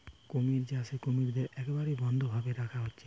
কুমির চাষে কুমিরদের একবারে বদ্ধ ভাবে রাখা হচ্ছে